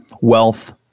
wealth